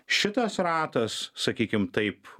šitas ratas sakykim taip